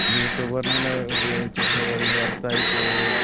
വീട്ടുപകരണങ്ങള് ഉപയോഗിച്ചപ്പോഴോ അല്ലെങ്കില് എർത്തായിപ്പോവുകയോ